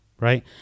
right